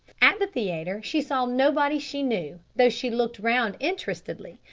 at the theatre she saw nobody she knew, though she looked round interestedly,